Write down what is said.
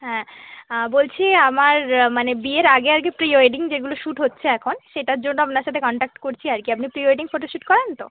হ্যাঁ বলছি আমার মানে বিয়ের আগে আর কি প্রি ওয়েডিং যেগুলো শ্যুট হচ্ছে এখন সেটার জন্য আপনার সাথে কনট্যাক্ট করছি আর কি আপনি কি প্রি ওয়েডিং ফোটো শ্যুট করেন তো